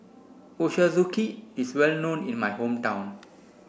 Ochazuke is well known in my hometown